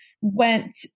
went